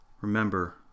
Remember